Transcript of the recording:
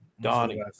Donnie